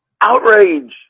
outrage